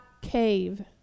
cave